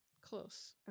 Close